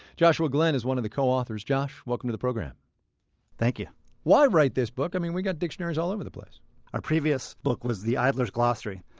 joshua glenn's one of the co-authors. welcome to the program thank you why write this book? i mean, we've got dictionaries all over the place our previous book was the idler's glossary,